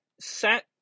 set